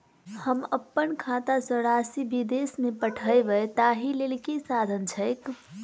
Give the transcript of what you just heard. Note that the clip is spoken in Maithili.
हम अप्पन खाता सँ राशि विदेश मे पठवै ताहि लेल की साधन छैक?